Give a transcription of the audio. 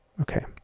Okay